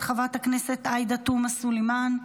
חברת הכנסת עאידה תומא סלימאן,